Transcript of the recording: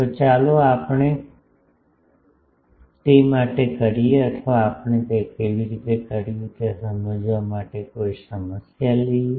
તો ચાલો આપણે તે માટે કરીએ અથવા આપણે તે કેવી રીતે કર્યું તે સમજાવવા માટે કોઈ સમસ્યા લઈએ